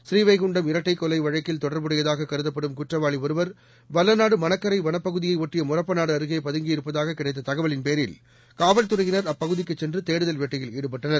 பூரீவைகுண்டம் இரட்டைக் கொலை வழக்கில் தொடர்புடையதாக கருதப்படும் குற்றவாளி ஒருவர் வல்லநாடு மணக்கரை வளப்பகுதியை ஒட்டிய முறப்பனாடு அருகே பதுங்கியிருப்பதாக கிடைத்த தகவலின்பேரில் காவல்துறையினர் அப்பகுதிக்குச் சென்று தேடுதல் வேட்டையில் ஈடுபட்டனர்